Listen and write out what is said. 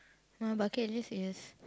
my bucket list is